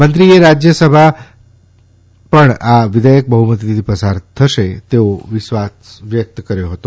મંત્રીએ રાજ્યસભા પણ આ વિધેયક બહ્મતીથી પસાર કરશે તેવો વિશ્વાસ વ્યક્ત કર્યો હતો